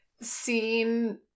seen